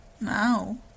now